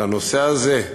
לנושא הזה,